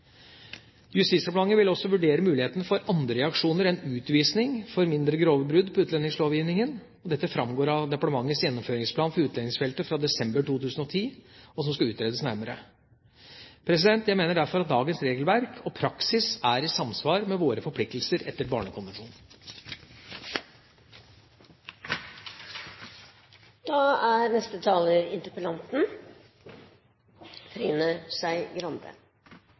vil også vurdere mulighetene for andre reaksjoner enn utvisning for mindre grove brudd på utlendingslovgivningen. Dette framgår av departementets gjennomføringsplan for utlendingsfeltet fra desember 2010, og skal utredes nærmere. Jeg mener derfor at dagens regelverk og praksis er i samsvar med våre forpliktelser etter